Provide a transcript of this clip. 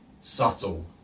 subtle